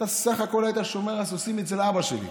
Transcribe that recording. אתה בסך הכול היית שומר הסוסים אצל אבא שלי.